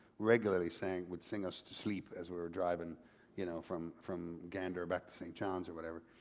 regularly sang, would sing us to sleep as we were driving you know from from gander back to st. johns or whatever.